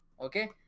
Okay